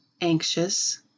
anxious